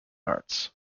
arts